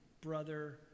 brother